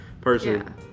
person